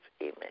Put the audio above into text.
Amen